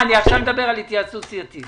עכשיו אני מדבר על התייעצות סיעתית,